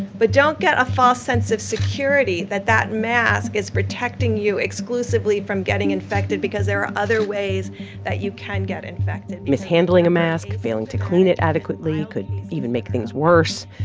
but don't get a false sense of security that that mask is protecting you exclusively from getting infected because there are other ways that you can get infected mishandling a mask, failing to clean it adequately could even make things worse.